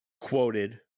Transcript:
quoted